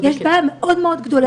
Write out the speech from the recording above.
יש בעיה מאוד גדולה,